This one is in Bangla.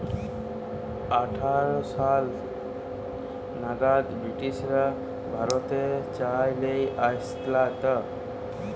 আঠার শ সাল নাগাদ ব্রিটিশরা ভারতে চা লেই আসতালা